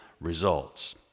results